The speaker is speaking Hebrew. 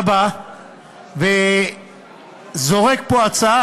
אתה בא וזורק פה הצעה,